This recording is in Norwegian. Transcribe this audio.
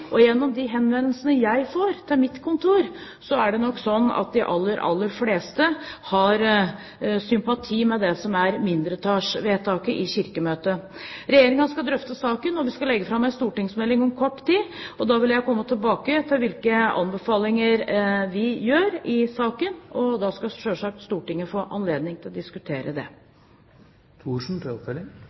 og gjennom de henvendelsene jeg får til mitt kontor, er det nok slik at de aller, aller fleste har sympati med det som er mindretallsvedtaket i Kirkemøtet. Regjeringen skal drøfte saken, og vi skal legge fram en stortingsmelding om kort tid. Da vil jeg komme tilbake til hvilke anbefalinger vi gjør i saken, og da skal selvsagt Stortinget få anledning til å diskutere det. Jeg registrerer hva ministeren sier, og da vil jeg legge til